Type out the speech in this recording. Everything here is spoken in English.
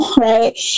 right